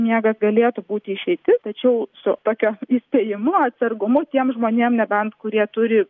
miegas galėtų būti išeitis tačiau su tokiu įspėjimu atsargumu tiems žmonėm nebent kurie turi